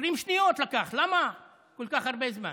20 שניות לקח, למה כל כך הרבה זמן?